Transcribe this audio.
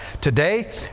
Today